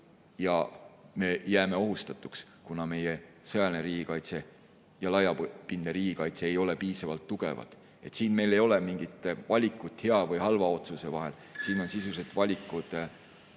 ja jääme ohustatuks, kuna meie sõjaline riigikaitse ja laiapindne riigikaitse ei ole piisavalt tugevad. Siin ei ole meil valikut hea või halva otsuse vahel. Siin on sisuliselt valik